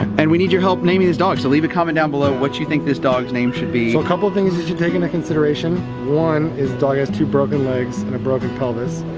and we need your help naming this dog so leave a comment down below what you think this dog's name should be. so a couple of things you should take into consideration. one, this dog has two broken legs and a broken pelvis.